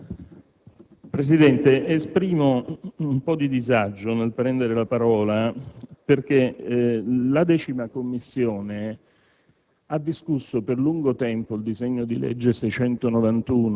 Presidente, esprimo un po' di disagio nel prendere la parola perché la 10a Commissione